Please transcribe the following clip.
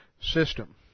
system